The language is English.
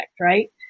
right